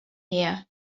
here